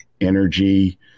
energy